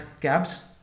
cabs